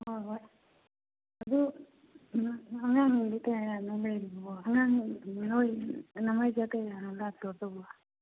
ꯍꯣꯏ ꯍꯣꯏ ꯑꯗꯨ ꯎꯝ ꯑꯉꯥꯡꯗꯤ ꯀꯌꯥ ꯌꯥꯝꯅꯣ ꯂꯩꯔꯤꯗꯨꯕꯣ ꯑꯉꯥꯡ ꯃꯔꯨ ꯑꯣꯏ ꯅꯃꯥ ꯏꯆꯥ ꯀꯌꯥꯅꯣ ꯂꯥꯛꯇꯣꯏꯗꯨꯕꯣ